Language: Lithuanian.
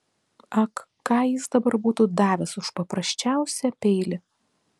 ak ką jis dabar būtų davęs už paprasčiausią peilį